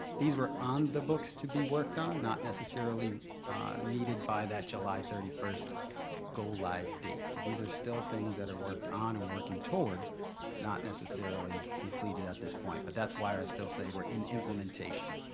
these were on the books to be worked on not necessarily needed by that july thirty first go live date. so these are still things that are worked on or working toward not necessarily completed at this point. but that's why i still stay we're in implementation.